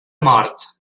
mort